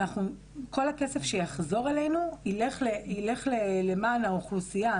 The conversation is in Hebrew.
כל הכסף שיחזור אלינו ילך למען האוכלוסייה,